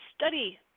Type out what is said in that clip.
study